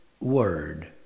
word